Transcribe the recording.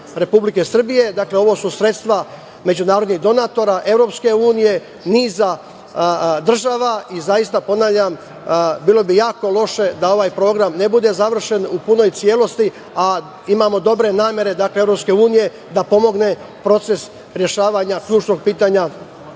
Republike Srbije, ovo su sredstava međunarodnih donatora, EU, niza država i zaista ponavljam bilo bi jako loše da ovaj program ne bude završen u punoj celosti, a imamo dobre namere EU, da pomogne proces rešavanja ključnog pitanja